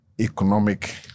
economic